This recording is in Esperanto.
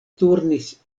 turnis